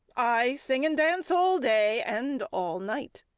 i sing and dance all day and all night.